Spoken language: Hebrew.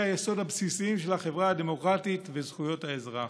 היסוד הבסיסיים של החברה הדמוקרטית וזכויות האזרח.